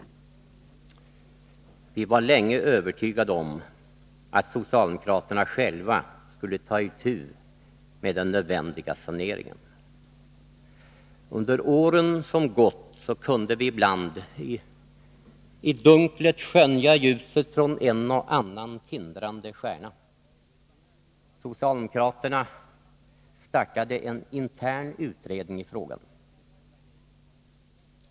Vi var länge övertygade om att socialdemokraterna själva skulle ta itu med den nödvändiga saneringen. Under de år som gått kunde vi ibland i dunklet skönja ljuset från en och annan tindrande stjärna. Socialdemokraterna startade en intern utredning i frågan.